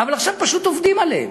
אבל עכשיו פשוט עובדים עליהם.